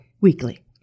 Weekly